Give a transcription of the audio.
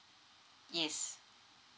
yes